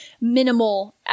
minimal